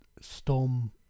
storm